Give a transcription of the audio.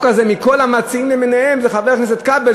הזאת מכל המציעים למיניהם זה חבר הכנסת כבל,